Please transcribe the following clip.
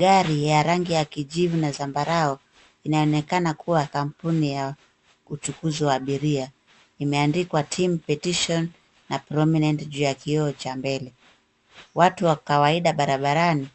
Gari ya rangi ya kijivu na zambarau, inaonekana kuwa ya kampuni ya uchukuzi wa abiria, imeandikwa Team Petition na Prominent juu ya kioo cha mbele. Watu wa kawaida barabarani,